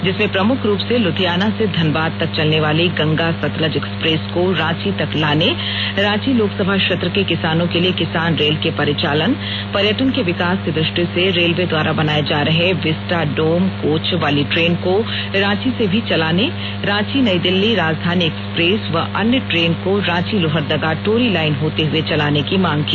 जिसमें प्रमुख रुप से लुधियाना से धनबाद तक चलने वाली गंगा सतलज एक्सप्रेस को राँची तक लाने राँची लोकसभा क्षेत्र के किसानों के लिए किसान रेल के परिचालन पर्यटन के विकास की दुष्टि से रेलवे द्वारा बनाए जा रहे विस्टाडोम कोच वाली ट्रेन को राँची से भी चलाने राँची नई दिल्ली राजधानी एक्सप्रेस व अन्य ट्रेन को राँची लोहरदगा टोरी लाइन होते हुए चलाने की मांग की